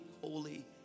holy